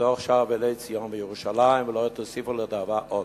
בתוך שאר אבלי ציון וירושלים ולא תוסיפו לדאבה עוד.